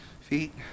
feet